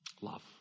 love